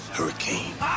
Hurricane